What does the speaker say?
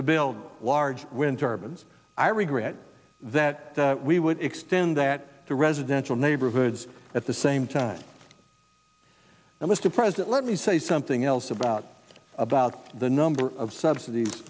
to build large wind turbines i regret that we would extend that to residential neighborhoods at the same time and mr president let me say something else about about the number of subsidies